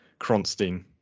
Kronstein